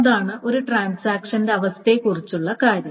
അതാണ് ഒരു ട്രാൻസാക്ഷന്റെ അവസ്ഥയെക്കുറിച്ചുള്ള കാര്യം